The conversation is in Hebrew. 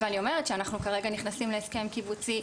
אני אומרת שכרגע --- תוכנית.